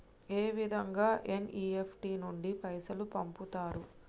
ఏ విధంగా ఎన్.ఇ.ఎఫ్.టి నుండి పైసలు పంపుతరు?